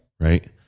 Right